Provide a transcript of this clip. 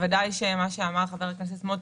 בוודאי מה שאמר חבר הכנסת סמוטריץ',